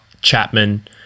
Chapman